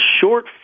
short